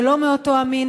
שלא מאותו המין,